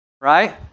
right